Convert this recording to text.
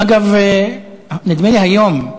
אגב, נדמה לי שהיום,